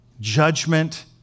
Judgment